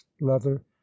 leather